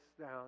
down